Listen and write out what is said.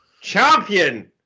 champion